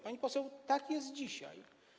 Pani poseł, tak jest dzisiaj.